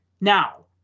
now